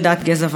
גזע ומין.